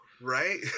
right